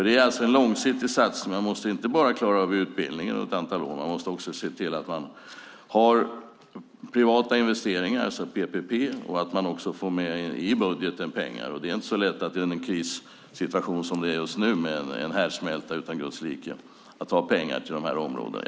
Det är en långsiktig satsning. Man måste inte bara klara av utbildningen under ett antal år. Man måste också se till att det finns privata investeringar, PPP, och att man också får med pengar i budgeten. Det är inte så lätt att i den krissituation som vi har just nu med en härdsmälta utan Guds like ta pengar till dessa områden.